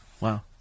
Wow